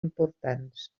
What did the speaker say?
importants